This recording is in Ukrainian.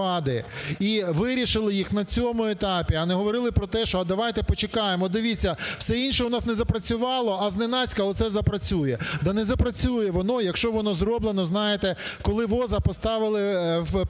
і вирішили їх на цьому етапі. А не говорили про те, що, а давайте почекаємо. От, дивіться, все інше у нас не запрацювало, а зненацька оце запрацює. Да не запрацює воно, якщо воно зроблено, знаєте, коли воза поставили вперед